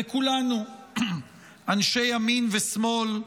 וכולנו, אנשי ימין ושמאל,